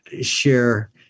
share